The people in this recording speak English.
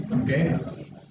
Okay